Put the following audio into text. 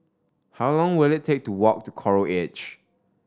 how long will it take to walk to Coral Edge